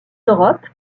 europe